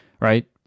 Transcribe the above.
right